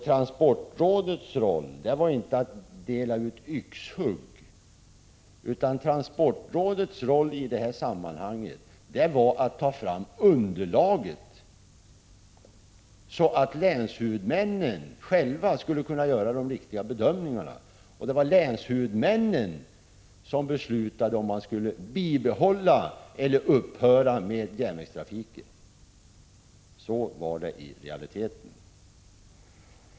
Transportrådets roll har inte varit att dela ut yxhugg utan dess roll i detta sammanhang har varit att ta fram underlaget, så att länshuvudmännen själva kan göra de riktiga bedömningarna. Det var också länshuvudmännen som hade att besluta om man skulle bibehålla eller upphöra med järnvägstrafiken. Så var det i realiteten.